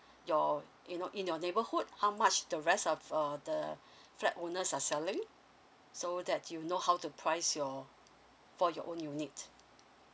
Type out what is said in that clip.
your you know in your neighborhood how much the rest of uh the flat owners are selling so that you know how to price your for your own unit